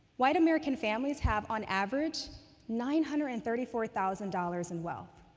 white american families have on average nine hundred and thirty four thousand dollars in wealth.